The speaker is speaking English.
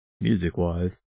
music-wise